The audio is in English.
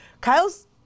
Kyle's